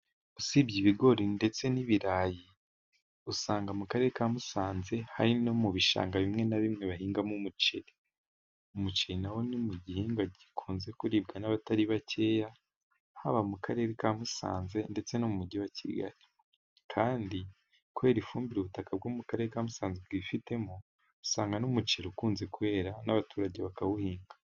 Usibye ibigori ndetse n'ibirayi, usanga mu karere ka Musanze hari no mu bishanga bimwe na bimwe bihingwamo umuceri. Umuceri na wo ni mu gihingwa gikunze kuribwa n'abatari bakeya haba mu karere ka Musanze ndetse no mu mujyi wa Kigali. Kandi kubera ifumbire ubutaka bwo mu karere ka Musanze bwifitemo usanga n'umuceri ukunze kuhera n'abaturage bakawuhinga.